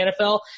NFL